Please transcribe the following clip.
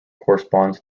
corresponds